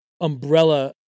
umbrella